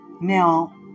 Now